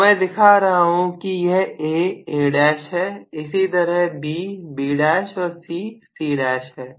तो मैं दिखा रहा हूं कि यह A A' है इसी तरह B B और C C है